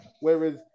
Whereas